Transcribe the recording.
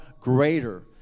greater